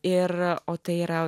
ir o tai yra